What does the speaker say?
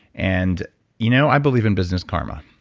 and you know i believe in business karma